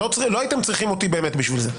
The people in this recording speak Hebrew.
לא הייתם צריכים אותי באמת בשביל זה.